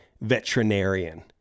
veterinarian